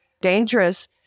dangerous